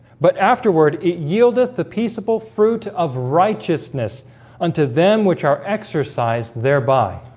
but afterward it yieldeth the peaceable fruit of righteousness unto them which are exercised thereby